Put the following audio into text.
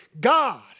God